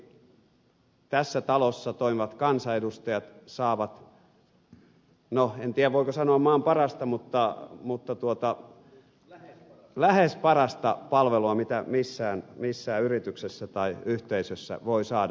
mielestäni tässä talossa toimivat kansanedustajat saavat no en tiedä voiko sanoa maan parasta mutta lähes parasta palvelua mitä missään yrityksessä tai yhteisössä voi saada